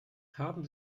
haben